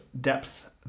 depth